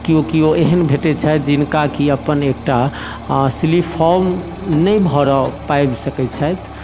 केओ केओ एहन भेटैत छथि जिनका कि अपन एकटा स्लीफोम नहि भरऽ पाबि सकैत छथि